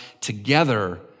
together